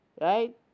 Right